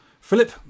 Philip